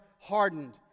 hardened